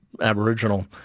Aboriginal